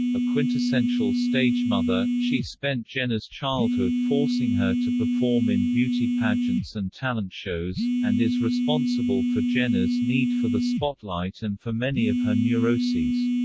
a quintessential stage mother, she spent jenna's childhood forcing her to perform in beauty pagents and talent shows, and is responsible for jenna's need for the spotlight and for many of her neuroses.